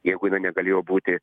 jeigu jinai negalėjo būti